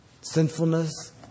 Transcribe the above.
sinfulness